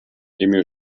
emil